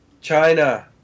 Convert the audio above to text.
China